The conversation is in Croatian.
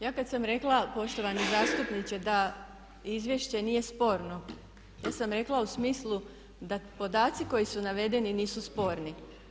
Ja kad sam rekla poštovani zastupniče da izvješće nije sporno ja sam rekla u smislu da podaci koji su navedeni nisu sporni.